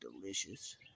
delicious